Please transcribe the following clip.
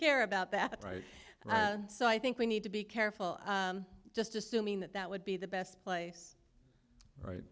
care about that right so i think we need to be careful just assuming that that would be the best place right